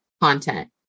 content